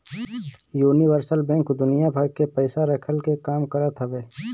universal bank दुनिया भर के पईसा रखला के काम करत हवे